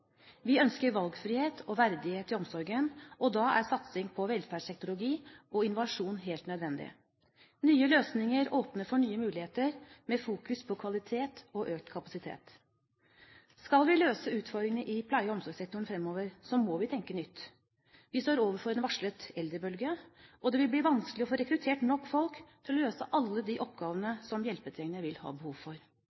Vi ønsker valgfrihet og verdighet i omsorgen, og da er satsing på velferdsteknologi og innovasjon helt nødvendig. Nye løsninger åpner for nye muligheter med fokus på kvalitet og økt kapasitet. Skal vi løse utfordringene i pleie- og omsorgssektoren fremover, må vi tenke nytt. Vi står overfor en varslet eldrebølge, og det vil bli vanskelig å få rekruttert nok folk til å løse alle de oppgavene